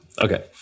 Okay